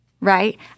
right